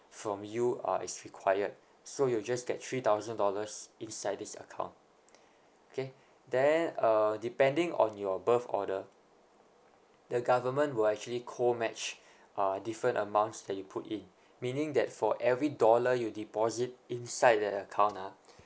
from you uh is required so you'll just get three thousand dollars inside this account okay then uh depending on your birth order the government will actually co match uh different amounts that you put in meaning that for every dollar you deposit inside the account ah